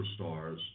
superstars